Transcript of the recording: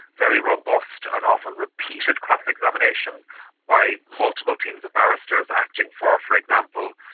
very robust and often repeated cross-examination by multiple teams of barristers acting for, for example,